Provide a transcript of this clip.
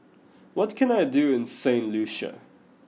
what can I do in Saint Lucia